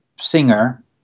singer